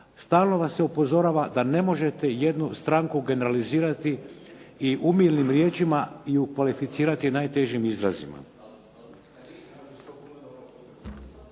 stalno vas se upozorava da ne možete jednu stranku generalizirati i umilnim riječima i ukvalificirati najtežim izrazima.